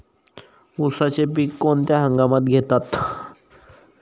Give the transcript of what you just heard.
उसाचे पीक कोणत्या हंगामात घेतात?